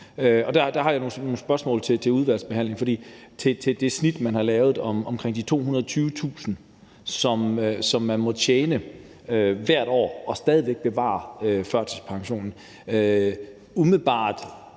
Der har jeg nogle spørgsmål i udvalgsbehandlingen til det snit, der er lavet omkring de 220.000 kr., som man må tjene hvert år og stadig væk bevare førtidspensionen. Umiddelbart